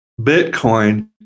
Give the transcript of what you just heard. Bitcoin